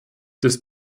des